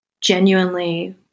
genuinely